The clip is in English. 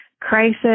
crisis